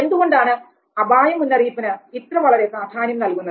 എന്തുകൊണ്ടാണ് അപായ മുന്നറിയിപ്പിന് ഇത്ര വളരെ പ്രാധാന്യം നൽകുന്നത്